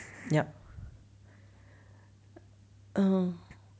yup mm